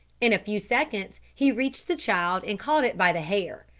in a few seconds he reached the child and caught it by the hair.